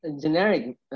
generic